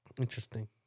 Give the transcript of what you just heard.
Interesting